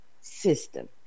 system